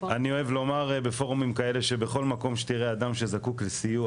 אני אוהב לומר בפורומים כאלה שבכל מקום שתראה אדם שזקוק לסיוע,